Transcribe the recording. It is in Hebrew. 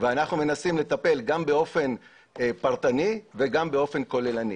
ואנחנו מנסים לטפל גם באופן פרטני וגם באופן כוללני.